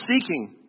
seeking